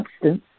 substance